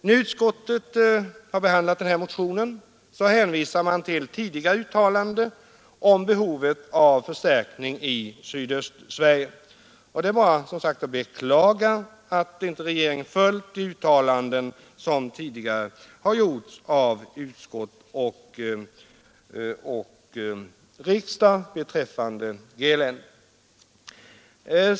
När utskottet behandlat motionen har man hänvisat till tidigare uttalanden om behovet av förstärkning i Sydöstsverige. Det var som sagt att beklaga att regeringen inte följt de uttalanden som tidigare gjorts av utskottet och riksdagen beträffande G-länet.